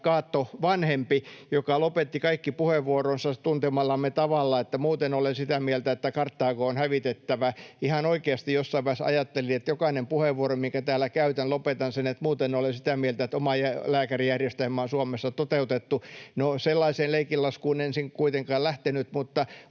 Cato vanhempi, joka lopetti kaikki puheenvuoronsa tuntemallamme tavalla, että ”muuten olen sitä mieltä, että Karthago on hävitettävä”. Ihan oikeasti jossain vaiheessa ajattelin, että jokaisen puheenvuoron, minkä täällä käytän, lopetan, että ”muuten olen sitä mieltä, että omalääkärijärjestelmä on Suomessa toteutettava”. No, sellaiseen leikinlaskuun en sitten kuitenkaan lähtenyt, mutta